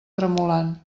tremolant